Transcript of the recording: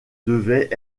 devaient